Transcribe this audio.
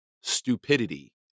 stupidity